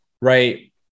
right